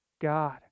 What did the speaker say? God